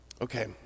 Okay